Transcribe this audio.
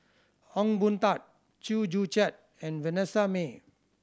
Ong Boon Tat Chew Joo Chiat and Vanessa Mae